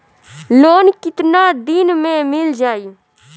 Loan कितना दिन में मिल जाई?